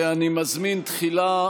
ואני מזמין תחילה